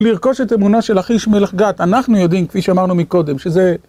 לרכוש את אמונה של לכיש מלך גת, אנחנו יודעים, כפי שאמרנו מקודם, שזה...